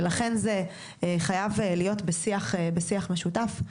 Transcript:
ולכן זה חייב להיות בשיח משותף.